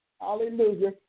hallelujah